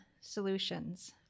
solutions